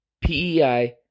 PEI